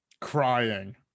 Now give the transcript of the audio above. Crying